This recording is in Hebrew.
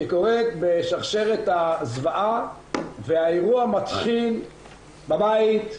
שקורית בשרשרת הזוועה והאירוע מתחיל בבית,